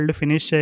finish